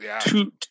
two